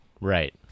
Right